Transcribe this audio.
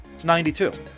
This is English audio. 92